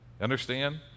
Understand